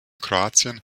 kroatien